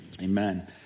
amen